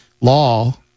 law